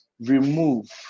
Remove